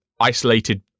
isolated